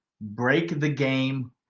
break-the-game